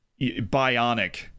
bionic